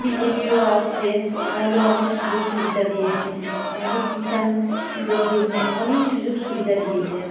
বিজেপিও আসতে আমাদের অনেক সুযোগ সুবিধা দিয়েছে আমাদের কিসান দের জন্য অনেক সুযোগ সুবিধা দিয়েছে